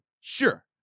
Sure